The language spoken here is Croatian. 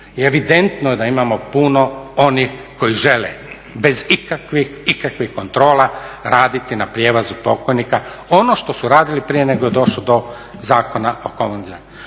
evidentno je da imamo puno onih koji žele bez ikakvih kontrola raditi na prijevozu pokojnika, ono što su radili prije nego je došao do Zakona o komunalnoj